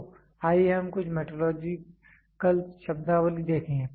तो आइए हम कुछ मेट्रोलॉजिकल शब्दावली देखें